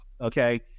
Okay